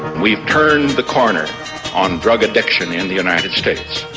we've turned the corner on drug addiction in the united states.